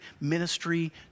ministry